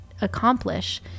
accomplish